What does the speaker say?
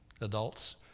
adults